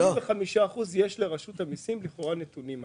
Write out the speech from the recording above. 85 אחוזים יש לרשות המיסים נתונים עליהן.